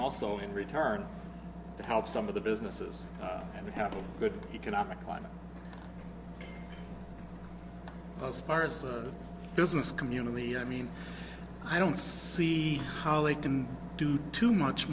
also in return to help some of the businesses and have a good economic climate as far as business community i mean i don't see how they can do too much